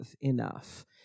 enough